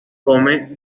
come